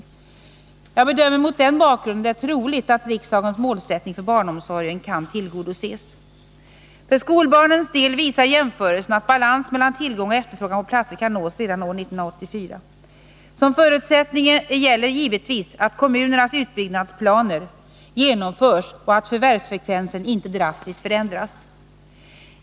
Jag bedömer det mot den bakgrunden troligt att riksdagens målsättning för barnomsorgen kan tillgodoses. För skolbarnens del visar jämförelsen att balans mellan tillgång och efterfrågan på platser kan nås redan år 1984. Som förutsättning gäller givetvis att kommunernas utbyggnadsplaner genomförs och att förvärvsfrekvensen inte drastiskt förändras.